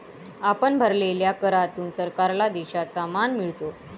आपण भरलेल्या करातून सरकारला देशाचा मान मिळतो